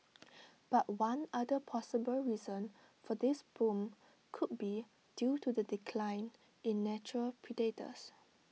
but one other possible reason for this boom could be due to the decline in natural predators